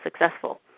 successful